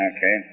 Okay